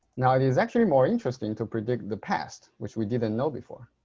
now it is actually more interesting to predict the past which we didn't know before